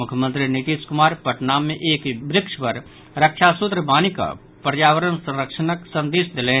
मुख्यमंत्री नीतीश कुमार पटना मे एक वृक्ष पर रक्षासूत्र बान्हिकऽ पर्यावरण संरक्षणक संदेश देलनि